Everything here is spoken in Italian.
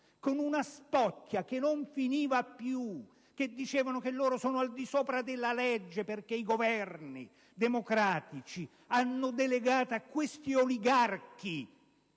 con una spocchia che non finiva più, affermando che loro sono al di sopra della legge perché i Governi democratici hanno delegato a questi oligarchi